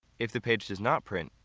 if the page does not print,